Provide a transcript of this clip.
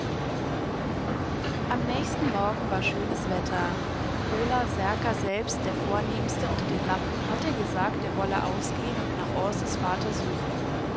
am nächsten morgen war schönes wetter ola serka selbst der vornehmste unter den lappen hatte gesagt er wolle ausgehen und nach aases vater suchen